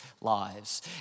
lives